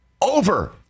over